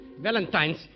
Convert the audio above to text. Valentine's